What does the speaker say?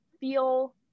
feel